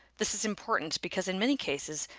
this is important, because in many cases,